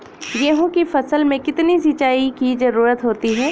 गेहूँ की फसल में कितनी सिंचाई की जरूरत होती है?